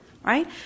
Right